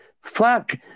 Fuck